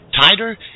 tighter